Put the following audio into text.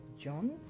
John